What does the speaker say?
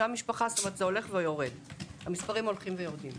שם משפחה והמספרים הולכים ויורדים.